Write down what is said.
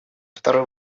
второй